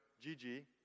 Gigi